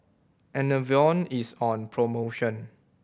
Enervon is on promotion